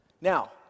now